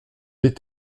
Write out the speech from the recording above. est